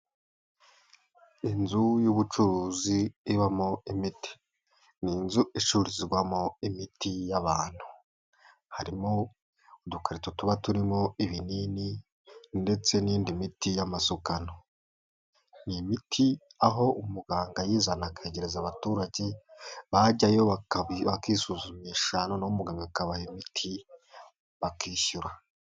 Inzu y'ubucuruzi ibamo imiti. Ni inzu icururizwamo imiti y'abantu. Harimo udukarito tuba turimo ibinini ndetse n'indi miti y'amasukano. Aho umuganga ayizana akayegereza abaturage, bajyayo bakisuzumisha noneho umuganga akabaha imiti bakishyura.